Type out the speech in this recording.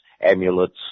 amulets